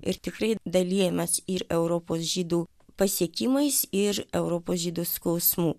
ir tikrai dalijamės ir europos žydų pasiekimais ir europos žydų skausmu